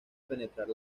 penetrar